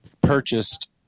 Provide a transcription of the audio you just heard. purchased